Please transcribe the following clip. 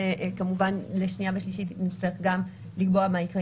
שלקריאה שנייה ושלישית נצטרך לקבוע מה יקרה